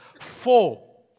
four